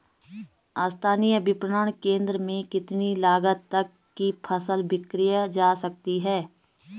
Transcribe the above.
स्थानीय विपणन केंद्र में कितनी लागत तक कि फसल विक्रय जा सकती है?